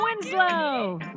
Winslow